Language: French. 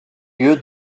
lieu